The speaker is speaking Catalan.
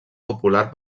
popular